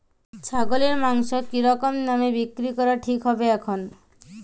ছাগলের মাংস কী রকম দামে বিক্রি করা ঠিক হবে এখন?